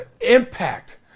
impact